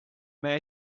may